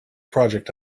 project